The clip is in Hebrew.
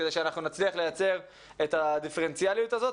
כדי שאנחנו נצליח לייצר את הדיפרנציאליות הזאת,